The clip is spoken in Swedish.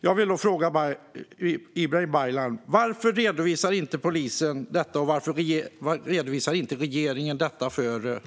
Jag vill därför fråga Ibrahim Baylan: Varför redovisar inte polisen detta, och varför redovisar inte regeringen detta för oss?